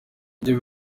ibyo